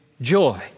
joy